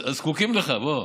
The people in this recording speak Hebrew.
זקוקים לך, בוא.